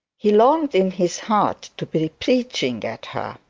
he longed in his heart to be preaching at her.